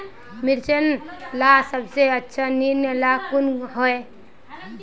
मिर्चन ला सबसे अच्छा निर्णय ला कुन होई?